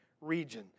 region